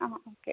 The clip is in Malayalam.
ആ ഓക്കെ